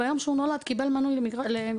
ביום שהוא נולד קיבל מנוי לכדורגל